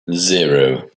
zero